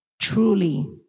truly